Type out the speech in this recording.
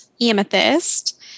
amethyst